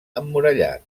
emmurallat